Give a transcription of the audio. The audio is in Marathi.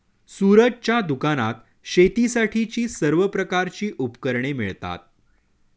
सूरजच्या दुकानात शेतीसाठीची सर्व प्रकारची उपकरणे मिळतात